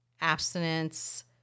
abstinence